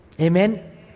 Amen